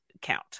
count